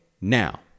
Now